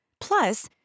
Plus